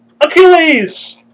Achilles